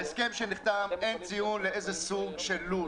בהסכם שנחתם אין ציון לאיזה סוג של לול.